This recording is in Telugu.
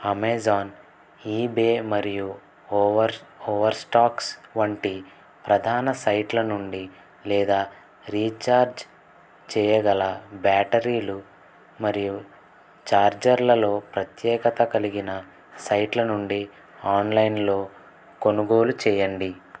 అమేజాన్ ఈబే మరియు ఓవర్ ఓవర్స్టాక్స్ వంటి ప్రధాన సైట్ల నుండి లేదా రీఛార్జ్ చెయ్యగల బ్యాటరీలు మరియు ఛార్జర్లలో ప్రత్యేకత కలిగిన సైట్ల నుండి ఆన్లైన్లో కొనుగోలు చెయ్యండి